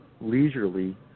leisurely